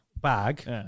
bag